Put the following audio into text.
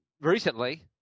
recently